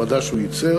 במדע שהוא ייצר,